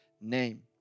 name